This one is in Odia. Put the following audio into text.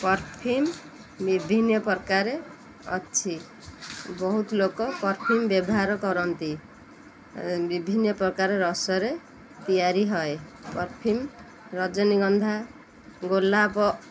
ପରଫ୍ୟୁମ୍ ବିଭିନ୍ନ ପ୍ରକାରରେ ଅଛି ବହୁତ ଲୋକ ପରଫ୍ୟୁମ୍ ବ୍ୟବହାର କରନ୍ତି ବିଭିନ୍ନ ପ୍ରକାର ରସରେ ତିଆରି ହଏ ପରଫ୍ୟୁମ୍ ରଜନୀଗନ୍ଧା ଗୋଲାପ